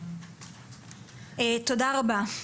תודה רבה.